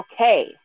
okay